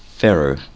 Pharaoh